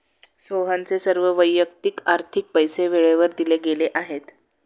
सोहनचे सर्व वैयक्तिक आर्थिक पैसे वेळेवर दिले गेले आहेत